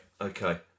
Okay